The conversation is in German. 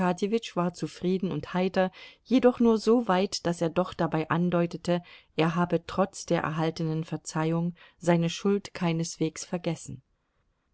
war zufrieden und heiter jedoch nur so weit daß er doch dabei andeutete er habe trotz der erhaltenen verzeihung seine schuld keineswegs vergessen